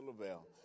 Lavelle